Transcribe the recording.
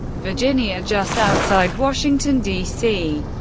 virginia, just outside washington, d c.